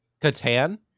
Catan